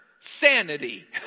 sanity